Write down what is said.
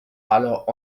alors